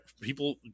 people